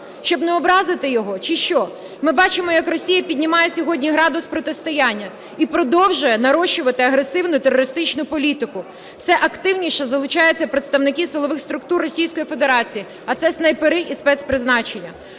щоб не образити його, чи що? Ми бачимо, як Росія піднімає сьогодні градус протистояння і продовжує нарощувати агресивну терористичну політику, все активніше залучаються представники силових структур Російської Федерації, а це снайпери і спецпризначення.